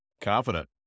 confident